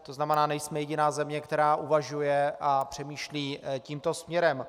To znamená, nejsme jediná země, která uvažuje a přemýšlí tímto směrem.